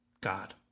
God